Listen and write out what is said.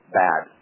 bad